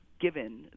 given